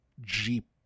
Jeep